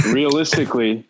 Realistically